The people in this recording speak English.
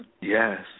Yes